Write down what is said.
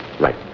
Right